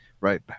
Right